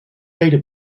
data